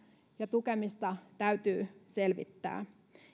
ja tukemista täytyy selvittää